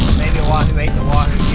maybe a wahoo ate the wahoo.